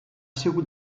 sigut